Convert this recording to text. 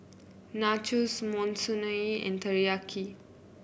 Nachos Monsunabe and Teriyaki